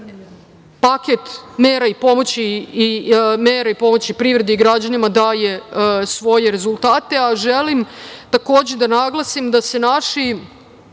paket mera i pomoći privredi i građanima daje svoje rezultate. Želim, takođe, da naglasim da se naši